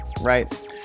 Right